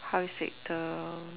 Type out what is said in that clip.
how sick the